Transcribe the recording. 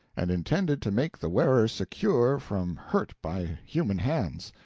and intended to make the wearer secure from hurt by human hands.